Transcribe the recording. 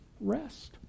Rest